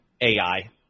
AI